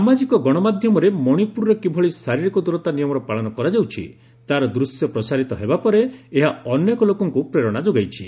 ସାମାଜିକ ଗଣମାଧ୍ୟମରେ ମଣିପୁରରେ କିଭଳି ଶାରୀରିକ ଦୂରତା ନିୟମର ପାଳନ କରାଯାଉଛି ତାର ଦୂଶ୍ୟ ପ୍ରସାରିତ ହେବା ପରେ ଏହା ଅନେକ ଲୋକଙ୍କୁ ପ୍ରେରଣା ଯୋଗାଇଛି